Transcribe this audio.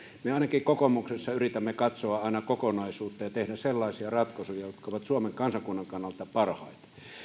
me ainakin kokoomuksessa yritämme katsoa aina kokonaisuutta ja tehdä sellaisia ratkaisuja jotka ovat suomen kansakunnan kannalta parhaita